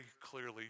clearly